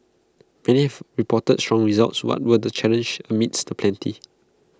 many have reported strong results what were the challenges amids the plenty